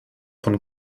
von